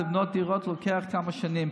לבנות דירות לוקח כמה שנים.